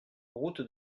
route